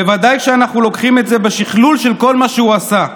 בוודאי שאנחנו לוקחים את זה בשקלול של כל מה שהוא עשה.